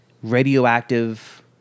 Radioactive